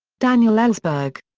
daniel ellsberg.